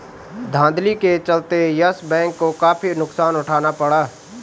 धांधली के चलते यस बैंक को काफी नुकसान उठाना पड़ा